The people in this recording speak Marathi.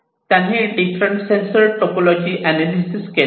त्यांनी डिफरंट सेंसर टोपोलॉजी एनालिसिस केल्या